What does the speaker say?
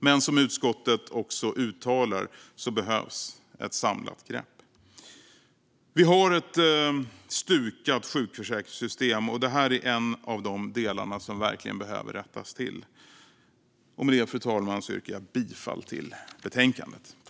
Men som utskottet också uttalar behövs ett samlat grepp. Vi har ett stukat sjukförsäkringssystem, och detta är en av de delar som verkligen behöver rättas till. Med detta, fru talman, yrkar jag bifall till betänkandet.